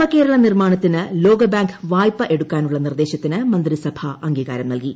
നവകേരള നിർമ്മാണത്തിന് ലോകബാങ്ക് വായ്പ എടുക്കാനുള്ള നിർദ്ദേശത്തിന് മന്ത്രിസഭ അംഗീകാരം നൽകി